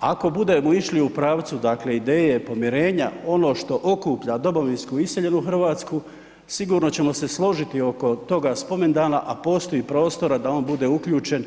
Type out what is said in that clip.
Ako budemo išli u pravcu dakle ideje pomirenja ono što okuplja domovinsku iseljenu Hrvatsku sigurno ćemo se složiti oko toga spomendana a postoji i prostora da on bude uključen